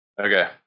Okay